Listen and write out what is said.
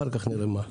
אחר כך נראה מה.